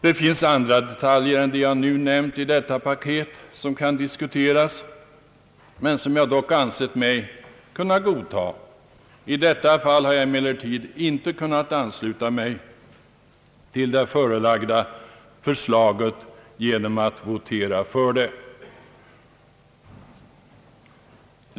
Det finns också i detta paket andra detaljer än de jag nu nämnt som är diskutabla men som jag dock ansett mig kunna godtaga. I detta fall har jag emellertid icke kunnat ansluta mig till det förelagda förslaget genom att votera därför.